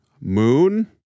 Moon